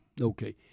Okay